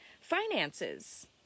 Finances